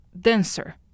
denser